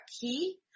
key